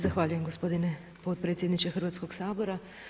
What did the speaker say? Zahvaljujem gospodine potpredsjedniče Hrvatskog sabora.